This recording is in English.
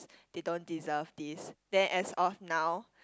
they don't deserve these then as of now